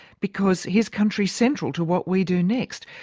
because his country's central to what we do next.